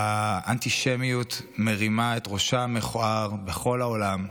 האנטישמיות מרימה את ראשה המכוער בכל העולם,